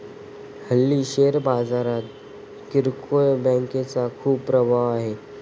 हल्ली शेअर बाजारात किरकोळ बँकांचा खूप प्रभाव आहे